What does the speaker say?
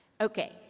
Okay